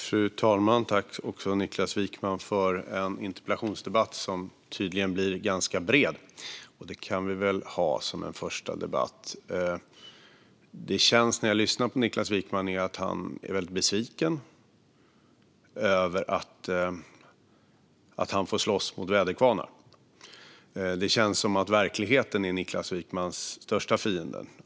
Fru talman! Jag tackar Niklas Wykman för en interpellationsdebatt som tydligen blir ganska bred - det kan vi väl ha som en första debatt. När jag lyssnar på Niklas Wykman får jag känslan att han är väldigt besviken över att han får slåss mot väderkvarnar. Det känns som att verkligheten är Niklas Wykmans största fiende.